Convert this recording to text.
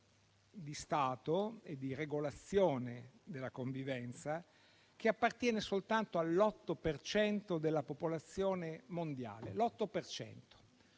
di Stato e di regolazione della convivenza che appartiene soltanto all'8 per cento della popolazione mondiale: l'8